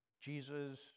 Jesus